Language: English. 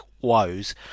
woes